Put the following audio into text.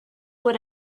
what